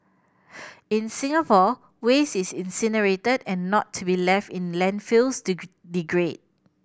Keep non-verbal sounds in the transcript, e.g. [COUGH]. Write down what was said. in Singapore waste is incinerated and not to be left in landfills to [UNINTELLIGIBLE] degrade